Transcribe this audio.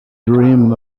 dream